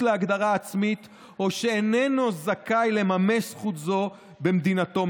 להגדרה עצמית או שאיננו זכאי לממש זכות זו במדינתו,